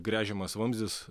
gręžiamas vamzdis